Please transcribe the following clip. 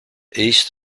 east